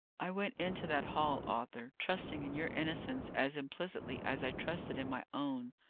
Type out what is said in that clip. i went into that hall, arthur, trusting in your innocence as implicitly as i trusted in my own,